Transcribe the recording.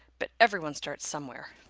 but everyone starts somewhere.